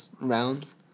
rounds